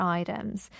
items